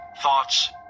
thoughts